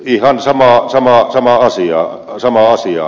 ihan sama se näe venäläisiä on samaa asiaa